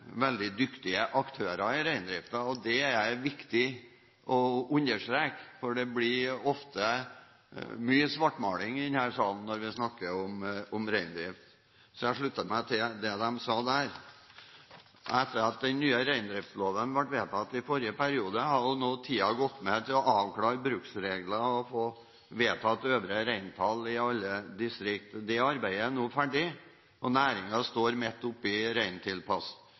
veldig dyktige aktører i reindriften. Det er det viktig å understreke, for det blir ofte mye svartmaling i denne salen når vi snakker om reindrift. Jeg slutter meg til det de to nevnte representantene sa der. Etter at den nye reindriftsloven ble vedtatt i forrige periode, har tiden gått med til å avklare bruksregler og få vedtatt øvre reintall i alle distrikter. Det arbeidet er nå ferdig, og næringen står midt